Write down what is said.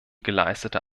geleistete